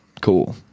Cool